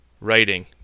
writing